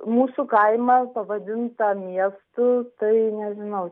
mūsų kaimą pavadintą miestu tai nežinau